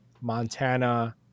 montana